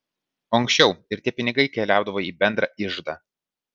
o ankščiau ir tie pinigai keliaudavo į bendrą iždą